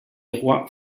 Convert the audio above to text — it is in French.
rois